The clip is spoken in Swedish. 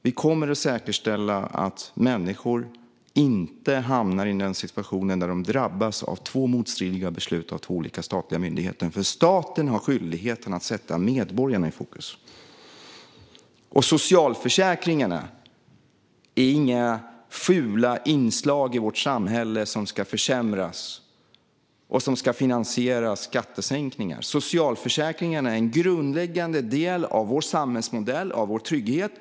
Vi kommer att säkerställa att människor inte hamnar i en situation där de drabbas av två motstridiga beslut av två olika statliga myndigheter. Staten har skyldigheten att sätta medborgarna i fokus. Socialförsäkringarna är inga fula inslag i vårt samhälle, som ska försämras och som ska finansiera skattesänkningar. Socialförsäkringarna är en grundläggande del av vår samhällsmodell och vår trygghet.